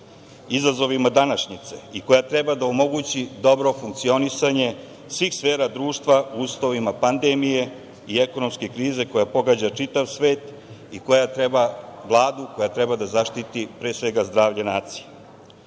izazovima današnjice i koja treba da omogući dobro funkcionisanje svih sfera društva u uslovima pandemije i ekonomske krize koja pogađa čitav svet i koja treba vladu koja treba vladu da zaštiti pre svega zdravlje nacije. Ali,